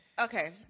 Okay